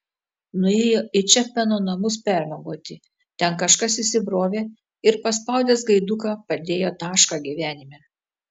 nuėjo į čepmeno namus permiegoti ten kažkas įsibrovė ir paspaudęs gaiduką padėjo tašką gyvenime